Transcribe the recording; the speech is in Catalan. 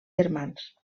germans